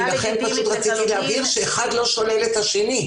רציתי להבהיר שהאחד לא שולל את השני.